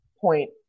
point